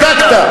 הצדקת,